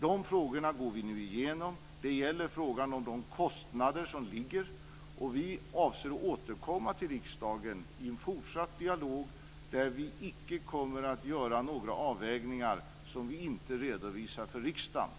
De frågorna går vi nu igenom. Det gäller frågan om de kostnader som ligger, och vi avser att återkomma till riksdagen i en fortsatt dialog där vi icke kommer att göra några avvägningar som vi inte redovisar för riksdagen.